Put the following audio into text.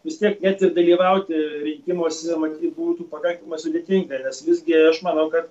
vis tiek net ir dalyvauti rinkimuose matyt būtų pakankamai sudėtinga ir nes visgi aš manau kad